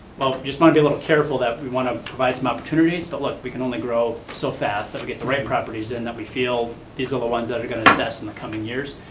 just wanna be a little careful that we want to provide some opportunities but look, we can only grow so fast that we get the right properties and that we feel these little ones that are gonna assess in upcoming years,